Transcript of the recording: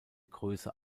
größe